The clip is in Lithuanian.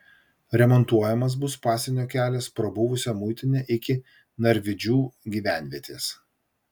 remontuojamas bus pasienio kelias pro buvusią muitinę iki narvydžių gyvenvietės